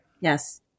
Yes